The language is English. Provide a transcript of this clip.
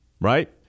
right